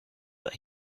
that